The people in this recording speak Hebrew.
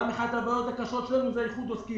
יש את העניין של חישוב מחזורים,